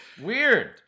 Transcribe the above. Weird